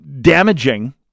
damaging